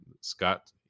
Scott